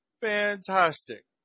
Fantastic